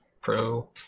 pro